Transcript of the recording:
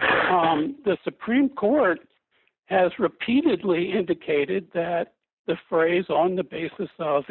the supreme court has repeatedly indicated that the phrase on the basis